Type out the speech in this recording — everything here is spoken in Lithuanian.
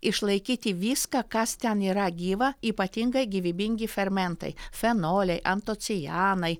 išlaikyti viską kas ten yra gyva ypatingai gyvybingi fermentai fenoliai antocianai